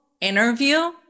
interview